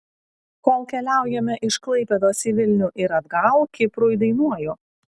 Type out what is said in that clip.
kol keliaujame iš klaipėdos į vilnių ir atgal kiprui dainuoju